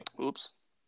oops